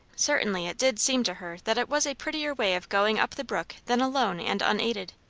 certainly it did seem to her that it was a prettier way of going up the brook than alone and unaided.